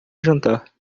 jantar